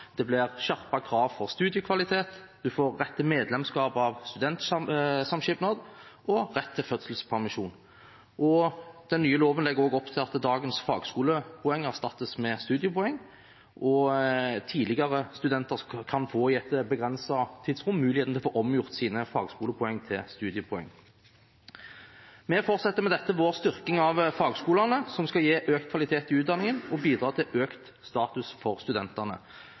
Det blir skjerpede krav til studiekvalitet, man får rett til medlemskap i en studentsamskipnad og rett til fødselspermisjon. Den nye loven legger også opp til at dagens fagskolepoeng erstattes med studiepoeng, og tidligere studenter kan i et begrenset tidsrom få mulighet til å få omgjort sine fagskolepoeng til studiepoeng. Vi fortsetter med dette vår styrking av fagskolene, som skal gi økt kvalitet i utdanningen og bidra til økt status for studentene.